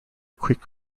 quick